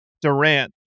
Durant